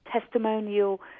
testimonial